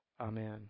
Amen